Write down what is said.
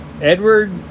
Edward